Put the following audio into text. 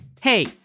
Hey